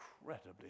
incredibly